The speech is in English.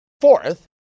fourth